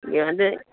இங்கே வந்து